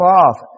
off